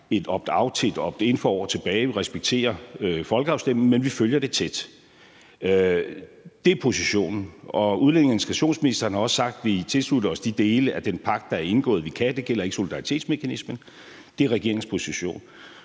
et optout til et optin for år tilbage. Vi respekterer folkeafstemningen, men vi følger det tæt. Det er positionen. Og udlændinge- og integrationsministeren har også sagt, at vi tilslutter os de dele af den pagt, der er indgået, som vi kan. Det gælder ikke solidaritetsmekanismen. Det er regeringens position.